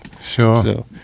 sure